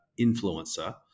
influencer